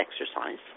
exercise